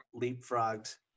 leapfrogged